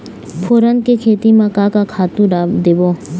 फोरन के खेती म का का खातू देबो?